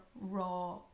raw